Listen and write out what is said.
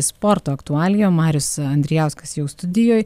sporto aktualijom marius andrijauskas jau studijoj